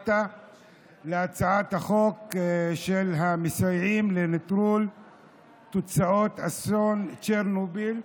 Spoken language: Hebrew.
הצעת החוק באה לתקן את חוק המסייעים לנטרול תוצאות אסון צ'רנוביל,